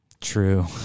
True